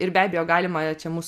ir be abejo galima čia mus